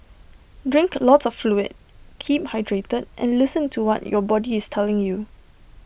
drink lots of fluid keep hydrated and listen to what your body is telling you